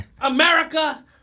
America